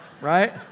Right